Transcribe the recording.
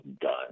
done